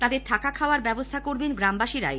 তাদের থাকা খাওয়ার ব্যবস্হা করবেন গ্রামবাসীরাই